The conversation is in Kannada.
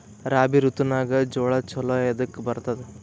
ರಾಬಿ ಋತುನಾಗ್ ಜೋಳ ಚಲೋ ಎದಕ ಬರತದ?